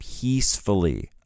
peacefully